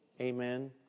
Amen